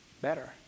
better